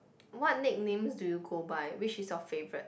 what nicknames do you go by which is your favorite